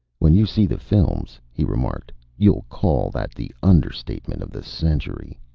when you see the films, he remarked, you'll call that the understatement of the century.